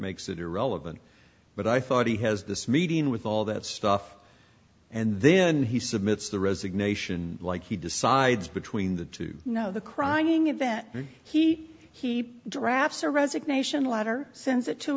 makes it irrelevant but i thought he has this meeting with all that stuff and then he submitted the resignation like he decides between the two you know the crying event he he drafts a resignation letter sends it to